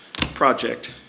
project